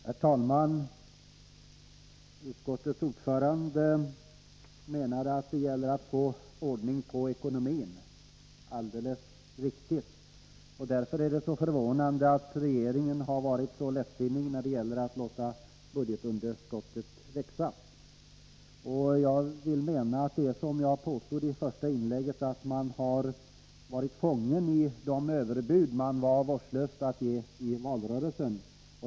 Herr talman! Utskottets ordförande menade att det gäller att få ordning på ekonomin. Alldeles riktigt! Därför är det förvånande att regeringen har varit så lättsinnig när det gäller att låta budgetunderskottet växa. Jag vill mena att det är som jag påstod i mitt första inlägg, att man har varit fången i de överbud man var vårdslös nog att ge i valrörelsen.